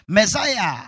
Messiah